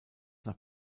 nach